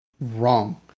wrong